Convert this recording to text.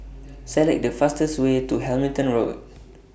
Select The fastest Way to Hamilton Road